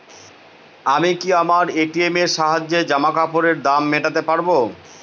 আমি কি আমার এ.টি.এম এর সাহায্যে জামাকাপরের দাম মেটাতে পারব?